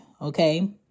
okay